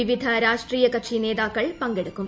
വിവിധ രാഷ്ട്രീയ കക്ഷി നേതാക്കൾ പങ്കെടുക്കും